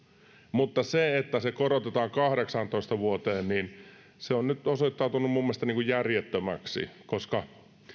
mutta se että se korotetaan kahdeksaantoista vuoteen on nyt osoittautunut minun mielestäni järjettömäksi koska